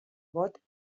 vot